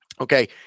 Okay